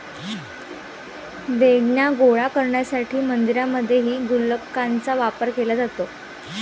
देणग्या गोळा करण्यासाठी मंदिरांमध्येही गुल्लकांचा वापर केला जातो